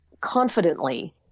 confidently